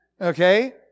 okay